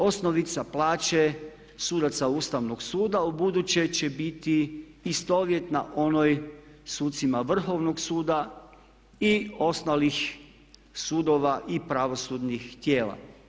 Osnovica plaće sudaca Ustavnog suda ubuduće će biti istovjetna onoj sucima Vrhovnog suda i ostalih sudova i pravosudnih tijela.